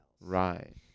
Right